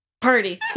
party